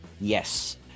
Yes